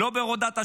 לא בהורדת האשראי.